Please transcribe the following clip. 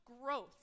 growth